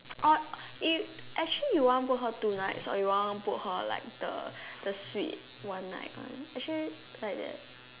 orh if actually you want book her two nights or you want book her like the the suite one night one actually like that